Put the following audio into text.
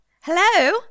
Hello